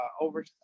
over